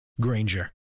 Granger